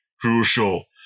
crucial